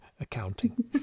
accounting